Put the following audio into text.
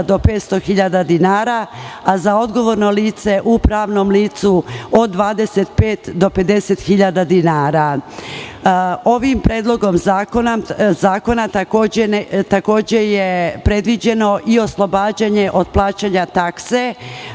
do 500.000 dinara, a za odgovorno lice u pravnom licu od 25.000 do 50.000 dinara. Ovim predlogom zakona takođe je predviđeno i oslobađanje od plaćanje takse,